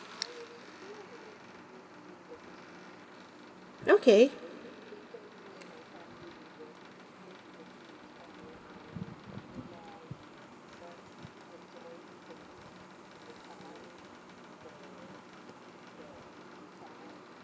okay